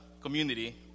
community